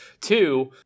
two